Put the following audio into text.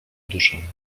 duszę